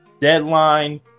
Deadline